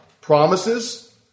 promises